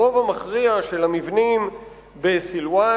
הרוב המכריע של המבנים בסילואן,